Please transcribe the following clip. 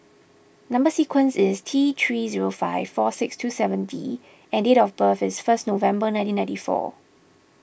Number Sequence is T three zero five four six two seven D and date of birth is first November nineteen ninety four